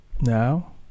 Now